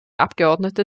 abgeordnete